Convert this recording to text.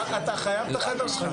ימים,